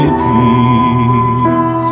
peace